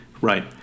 Right